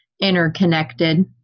interconnected